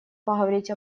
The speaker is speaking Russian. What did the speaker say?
говорить